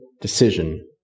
decision